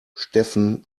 steffen